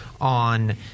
on